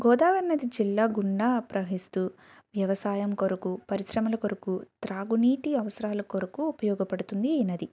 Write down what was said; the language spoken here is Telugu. గోదావరి నది జిల్లా గుండా ప్రవహిస్తూ వ్యవసాయం కొరకు పరిశ్రమల కొరకు త్రాగునీటి అవసరాల కొరకు ఉపయోగపడుతుంది ఈ నది